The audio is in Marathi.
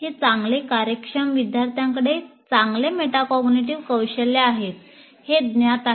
हे चांगले कार्यक्षम विद्यार्थ्यांकडे चांगले मेटाकॉग्निटिव्ह कौशल्ये आहेत हे ज्ञात आहे